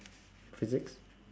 physics